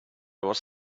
was